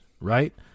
Right